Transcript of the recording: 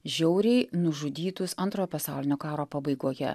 žiauriai nužudytus antrojo pasaulinio karo pabaigoje